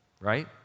Right